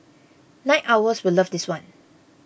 night owls will love this one